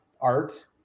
art